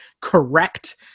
correct